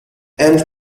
inch